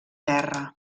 terra